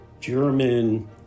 German